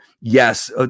yes